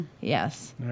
yes